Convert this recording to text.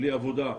בלי עבודה,